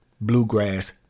bluegrass